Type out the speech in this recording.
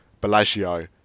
Bellagio